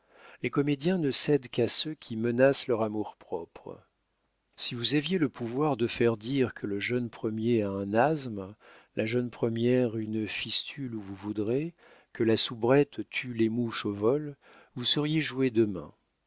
les comédiens ne cèdent qu'à ceux qui menacent leur amour-propre si vous aviez le pouvoir de faire dire que le jeune premier a un asthme la jeune première une fistule où vous voudrez que la soubrette tue les mouches au vol vous seriez joué demain